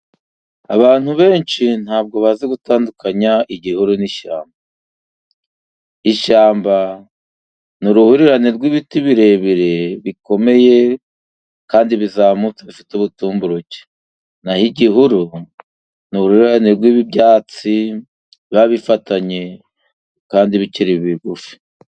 Abantu benshi ntabwo bazi gutandukanya igihuru n'ishyamba, ishyamba ni uruhurirane rw'ibiti birebire bikomeye, kandi bizamutse, bifite ubutumburuke, naho igihuru ni uruhurirane rw'ibyatsi biba bifatanye kandi bikiriri bigufi.